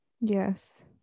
Yes